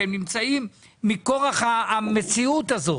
שהם נמצאים מכורח המציאות הזאת,